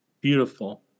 Beautiful